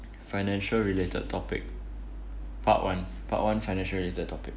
financial related topic part one part one financial related topic